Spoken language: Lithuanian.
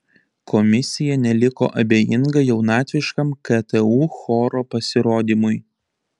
komisija neliko abejinga jaunatviškam ktu choro pasirodymui